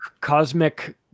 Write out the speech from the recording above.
cosmic